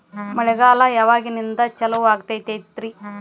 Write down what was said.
ಮಳೆಗಾಲ ಯಾವಾಗಿನಿಂದ ಚಾಲುವಾಗತೈತರಿ?